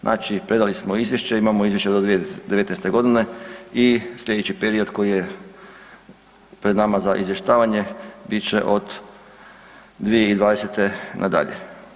Znači, predali smo izvješće, imamo izvješće do 2019. g. i slijedeći period koji je pred nama za izvještavanje, bit će od 2020. nadalje.